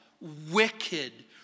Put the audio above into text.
wicked